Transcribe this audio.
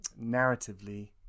narratively